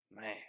Man